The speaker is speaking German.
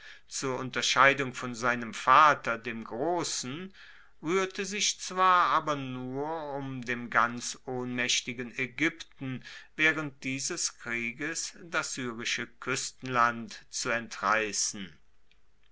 zur unterscheidung von seinem vater dem grossen ruehrte sich zwar aber nur um dem ganz ohnmaechtigen aegypten waehrend dieses krieges das syrische kuestenland zu entreissen